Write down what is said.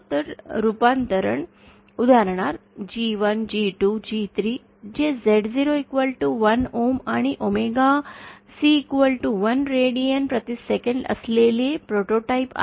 तर रूपांतरण उदाहरणार्थ G1 G2 G3 जे Z01Ohm आणि ओमेगा C 1 रेडियन प्रति सेकंद असलेले प्रोटोटाइप आहेत